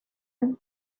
and